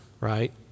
right